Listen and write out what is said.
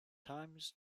times